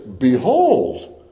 Behold